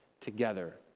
together